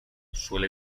suele